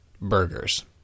burgers